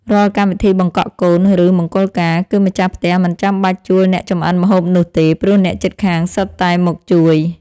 រាល់កម្មវិធីបង្កក់កូន ឬមង្គលការ គឺម្ចាស់ផ្ទះមិនចាំបាច់ជួលអ្នកចម្អិនម្ហូបនោះទេ ព្រោះអ្នកជិតខាងសុទ្ធតែមកជួយ។